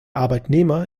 arbeitnehmer